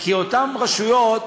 כי אותן רשויות,